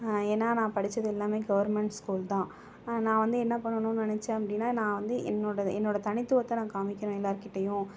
ஏன்னால் நான் படித்தது எல்லாமே கவர்மெண்ட் ஸ்கூல் தான் நான் வந்து என்ன பண்ணணும்னு நினச்சேன் அப்படினா நான் வந்து என்னோடய என்னோடய தனித்துவத்தை நான் காமிக்கணும் எல்லார் கிட்டையும்